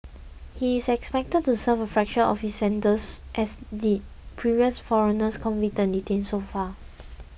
he is expected to serve a fraction of his sentence as did previous foreigners convicted and detained so far